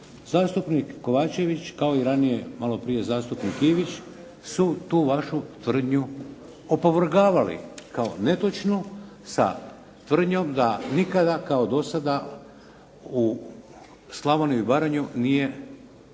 Zastupnik Kovačević, kao i ranije malo prije zastupnik Ivić su tu vašu tvrdnju opovrgavali kao netočnu sa tvrdnjom da nikada kao do sada u Slavoniju i Baranju nije ova